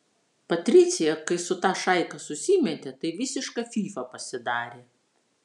patricija kai su ta šaika susimetė tai visiška fyfa pasidarė